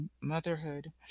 motherhood